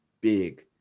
big